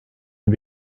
may